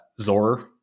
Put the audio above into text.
Zor